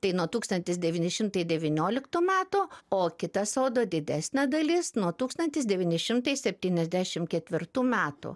tai nuo tūkstantis devyni šimtai devynioliktų metų o kita sodo didesnė dalis nuo tūkstantis devyni šimtai septyniasdešimt ketvirtų metų